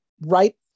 right